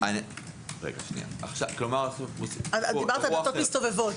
דיברת על דלתות מסתובבות.